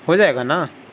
ہو جائے گا نا